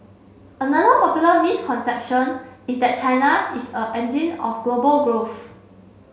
another popular misconception is that China is a engine of global growth